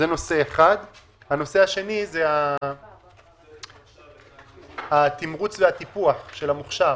הנושא השני הוא התמרוץ והפיתוח של המוכשר.